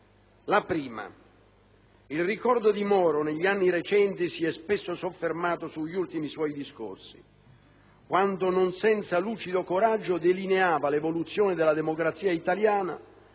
luogo, il ricordo di Moro negli anni recenti si è spesso soffermato sugli ultimi suoi discorsi quando, non senza lucido coraggio, delineava l'evoluzione della democrazia italiana